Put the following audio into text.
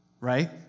Right